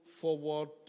forward